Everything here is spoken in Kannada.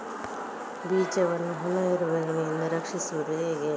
ಬೀಜವನ್ನು ಹುಳ, ಇರುವೆಗಳಿಂದ ರಕ್ಷಿಸುವುದು ಹೇಗೆ?